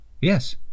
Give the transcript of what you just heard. Yes